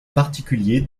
particulier